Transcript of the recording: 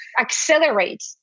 accelerate